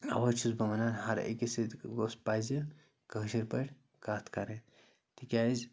اَوَے چھُس بہٕ وَنان ہَرٕ أکِس سۭتۍ گوٚژھ پَزِ کٲشِر پٲٹھۍ کَتھ کَرٕنۍ تِکیٛازِ